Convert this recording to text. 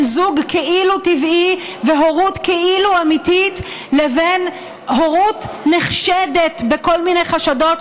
זוג כאילו טבעי והורות כאילו אמיתית לבין הורות נחשדת בכל מיני חשדות,